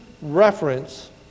reference